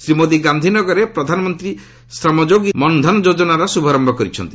ଶ୍ରୀ ମୋଦି ଗାନ୍ଧୀନଗରରେ ପ୍ରଧାନମନ୍ତ୍ରୀ ଶ୍ରମଯୋଗୀ ମନଧନ ଯୋଜନାର ଶୁଭାରମ୍ଭ କରିଛନ୍ତି